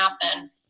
happen